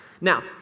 Now